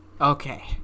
Okay